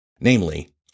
Namely